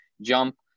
jump